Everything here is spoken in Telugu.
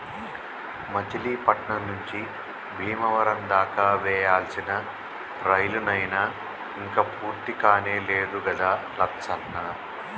మచిలీపట్నం నుంచి బీమవరం దాకా వేయాల్సిన రైలు నైన ఇంక పూర్తికానే లేదు గదా లచ్చన్న